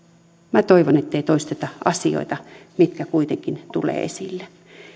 minä toivon ettei toisteta asioita mitkä kuitenkin tulevat esille